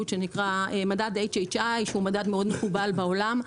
שנקרא מדד HHI שהוא מדד מאוד מקובל בעולם.